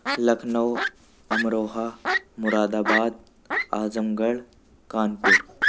Lucknow Amroha Moradabad Azamgarh Kanpur